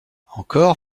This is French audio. encore